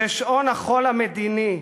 ששעון החול המדיני,